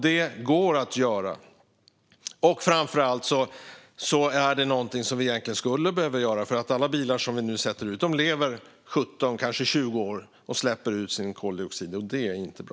Det här är något vi behöver göra. Alla bilar som nu ställs ut lever i 17-20 år och släpper ut sin koldioxid - och det är inte bra.